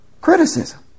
criticism